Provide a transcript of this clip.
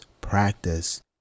practice